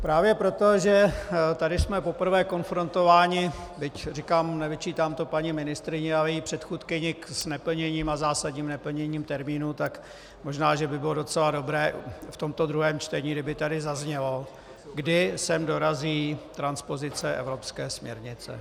Právě proto, že tady jsme poprvé konfrontováni, byť to nevyčítám paní ministryni, ale její předchůdkyni, s neplněním a zásadním neplněním termínu, tak možná že by bylo docela dobré v tomto druhém čtení, kdyby tady zaznělo, kdy sem dorazí transpozice evropské směrnice.